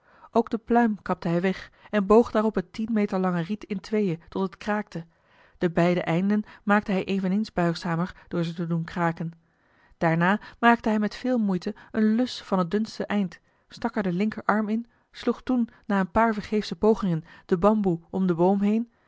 ook de pluim kapte hij weg en boog daarop het tien meter lange riet in tweeën tot het kraakte de beide einden maakte hij eveneens buigzamer door ze te doen kraken daarna maakte hij met veel moeite eene lus van het dunste eind stak er den linker arm in sloeg toen na een paar vergeefsche pogingen den bamboe om den boom heen